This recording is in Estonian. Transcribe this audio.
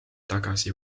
tagasi